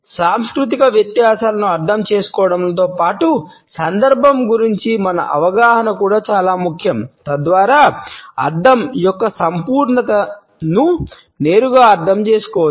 సాంస్కృతిక వ్యత్యాసాలను అర్థం చేసుకోవడంతో పాటు సందర్భం గురించి మన అవగాహన కూడా చాలా ముఖ్యం తద్వారా అర్ధం యొక్క సంపూర్ణతను నేరుగా అర్థం చేసుకోవచ్చు